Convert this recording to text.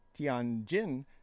Tianjin